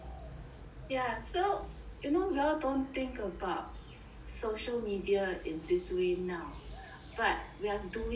yeah so you know we all don't think about social media in this way now but we are doing it